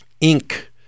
ink